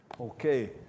Okay